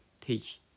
teach